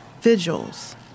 vigils